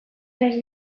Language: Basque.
naiz